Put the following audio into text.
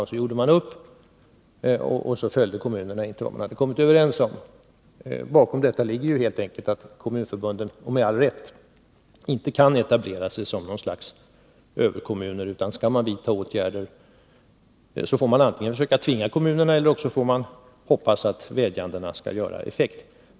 Sedan gjorde man upp, och så följde kommunerna inte vad man hade kommit överens om. Bakom detta ligger helt enkelt att kommunförbunden — med ali rätt — inte kan etablera sig som några slags överkommuner. Skall man vidta åtgärder får man antingen försöka tvinga kommunerna eller också hoppas att vädjandena skall ge effekt.